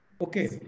Okay